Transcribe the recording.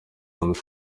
and